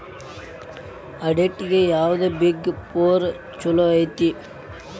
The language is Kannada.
ಆಡಿಟ್ಗೆ ಯಾವ್ದ್ ಬಿಗ್ ಫೊರ್ ಚಲೊಐತಿ?